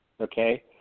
Okay